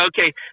Okay